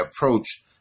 approach